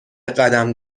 قدم